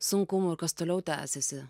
sunkumų ir kas toliau tęsiasi